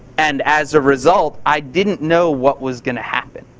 and as a result, i didn't know what was gonna happen.